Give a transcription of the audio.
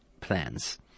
plans